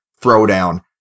throwdown